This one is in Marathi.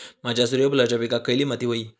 माझ्या सूर्यफुलाच्या पिकाक खयली माती व्हयी?